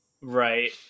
right